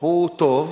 הוא טוב,